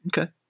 Okay